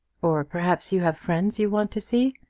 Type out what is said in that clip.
or perhaps you have friends you want to see.